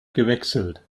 gewechselt